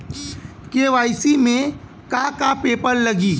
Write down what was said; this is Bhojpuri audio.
के.वाइ.सी में का का पेपर लगी?